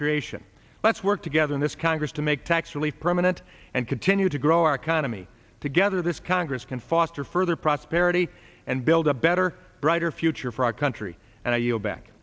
creation let's work together in this congress to make tax relief permanent and continue to grow our economy together this congress can foster further prosperity and build a better brighter future for our country and i yield back